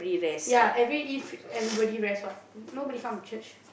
ya every eve everybody rest what nobody come to church